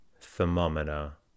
thermometer